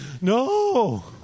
No